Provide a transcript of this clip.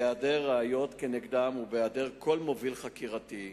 בהעדר ראיות כנגדם ובהעדר כל מוביל חקירתי.